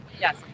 yes